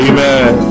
Amen